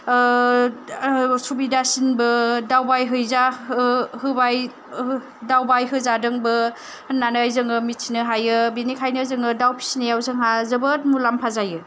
सुबिदासिनबो दावबायहोजादोंबो होननानै जोङो मिथिनो हायो बेनिखायनो जोङो जोंहा दाउ फिसिनायाव जोबोद मुलामफा जायो